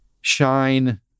shine